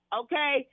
okay